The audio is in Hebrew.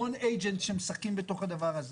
יש המון agents שמשחקים בתוך הדבר הזה.